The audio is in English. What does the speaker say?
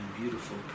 beautiful